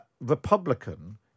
Republican